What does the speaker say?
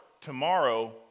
tomorrow